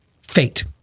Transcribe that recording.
fate